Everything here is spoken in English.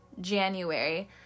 January